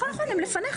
נכון, הם לפניך.